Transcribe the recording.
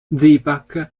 zipak